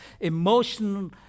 emotion